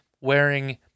wearing